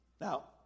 Now